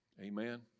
Amen